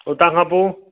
उतां खां पोइ